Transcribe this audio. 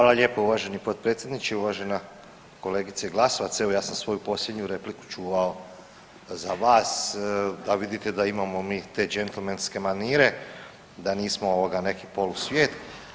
Hvala lijepo uvaženi potpredsjedniče, uvažena kolegice Glasovac, evo ja sam svoju posljednju repliku čuvao za vas da vidite da imamo mi te džentlmenske manire, da nismo ovoga neki polusvijet.